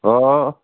ഓ